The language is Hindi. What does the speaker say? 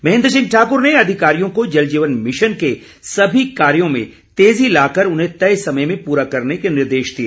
महेन्द्र सिंह ठाकर ने अधिकारियों को जलजीवन मिशन को सभी कार्यों में तेजी लाकर उन्हें तय समय में पूरा करने के निर्देश दिए